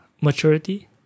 maturity